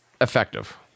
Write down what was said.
effective